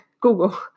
Google